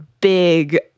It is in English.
big